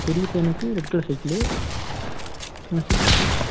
பெரிய பையனுக்கு red colour cycle சின்ன